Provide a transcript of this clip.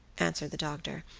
answered the doctor.